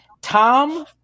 tom